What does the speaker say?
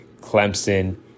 Clemson